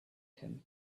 him